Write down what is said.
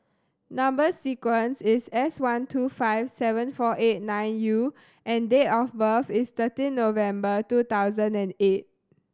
number sequence is S one two five seven four eight nine U and date of birth is thirteen November two thousand and eight